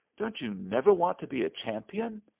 don't you never want to be a champion?